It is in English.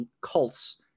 cults